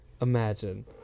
imagine